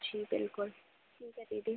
जी बिलकुल ठीक है दीदी